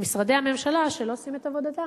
למשרדי הממשלה, שלא עושים את עבודתם.